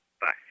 Bye